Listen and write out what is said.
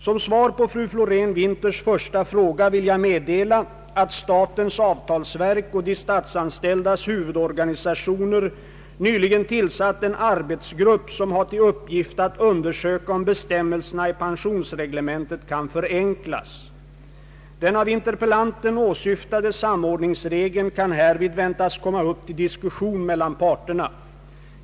Som svar på fru Florén-Winthers första fråga vill jag meddela att statens avtalsverk och de statsanställdas huvudorganisationer nyligen tillsatt en arbetsgrupp som har till uppgift att undersöka om bestämmelserna i pensionsreglementet kan förenklas. Den av interpellanten åsyftade samordningsregeln kan härvid väntas komma upp till diskussion mellan parterna.